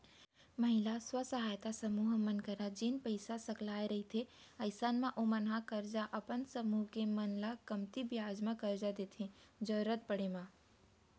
महिला स्व सहायता समूह मन करा जेन पइसा सकलाय रहिथे अइसन म ओमन ह करजा अपन समूह के मन ल कमती बियाज म करजा देथे जरुरत पड़े म